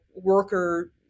worker